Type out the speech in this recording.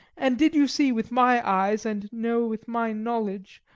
and did you see with my eyes and know with my knowledge,